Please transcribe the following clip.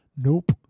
Nope